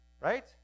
Right